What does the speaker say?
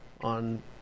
on